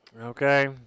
Okay